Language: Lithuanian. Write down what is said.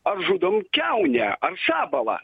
ar žudom kiaunę ar sabalą